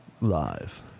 live